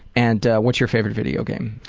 and what's your favorite video game?